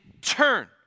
turn